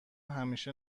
همیشه